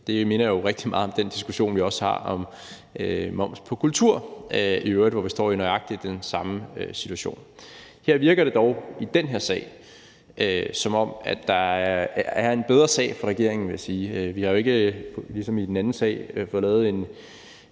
Det minder jo rigtig meget om den diskussion, vi også har om moms på kultur, hvor vi i øvrigt står i den nøjagtig samme situation. I den her sag virker det dog, som om der er en bedre sag for regeringen, vil jeg sige, for vi har jo ikke ligesom i den anden sag fået lavet en